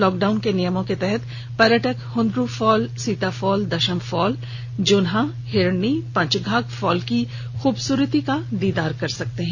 lockdown के नियमों के तहत पर्यटक Hundru fall Sita fall Dassam fall Jonha fall Hirni fall Panchghagh fall की खूबसूरती का दीदार कर सकते हैं